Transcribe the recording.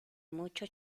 mucho